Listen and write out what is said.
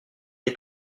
est